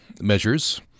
measures